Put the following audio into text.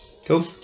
Cool